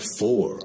four